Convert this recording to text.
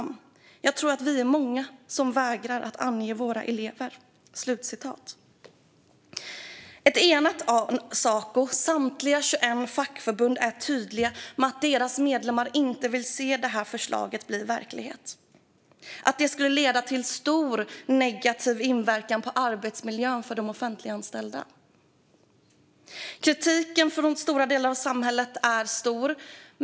Jag tror att vi är många som vägrar att ange våra elever." Ett enat Saco, samtliga 21 fackförbund, är tydligt med att deras medlemmar inte vill se det här förslaget bli verklighet och att det skulle leda till stor negativ inverkan på arbetsmiljön för offentliganställda. Kritiken från stora delar av samhället är stor.